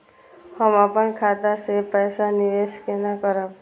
हम अपन खाता से पैसा निवेश केना करब?